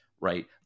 right